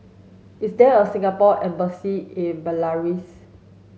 is there a Singapore embassy in Belarus